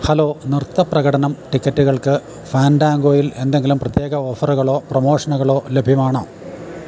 hello നൃത്ത പ്രകടനം ടിക്കറ്റുകൾക്ക് ഫാൻറ്റാങ്കോയിൽ എന്തെങ്കിലും പ്രത്യേക ഓഫറുകളോ പ്രമോഷനുകളോ ലഭ്യമാണോ